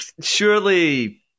Surely